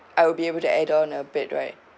I will be able to add on a bed right